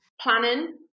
Planning